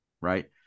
right